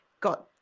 got